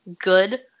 good